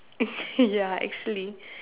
ya actually